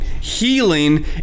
healing